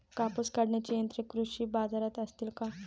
कापूस काढण्याची यंत्रे कृषी बाजारात असतील का?